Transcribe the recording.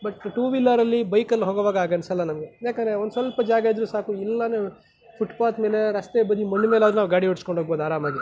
but two ವೀಲರಲ್ಲಿ ಬೈಕಲ್ಲಿ ಹೋಗೋವಾಗ ಹಾಗೆ ಅನಿಸಲ್ಲ ನಮಗೆ ಯಾಕಂದರೆ ಒಂದು ಸ್ವಲ್ಪ ಜಾಗ ಇದ್ರೂ ಸಾಕು ಇಲ್ಲನೆ ಫುಟ್ಪಾತ್ ಮೇಲೆ ರಸ್ತೆ ಬದಿ ಮಣ್ಣು ಮೇಲಾದರೂ ನಾವು ಗಾಡಿ ಓಡಿಸ್ಕೊಂಡು ಹೋಗಬೋದು ಆರಾಮಾಗಿ